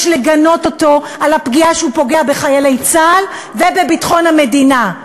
יש לגנות אותו על הפגיעה שהוא פוגע בחיילי צה"ל ובביטחון המדינה.